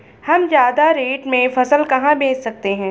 हम ज्यादा रेट में फसल कहाँ बेच सकते हैं?